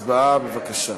הצבעה, בבקשה.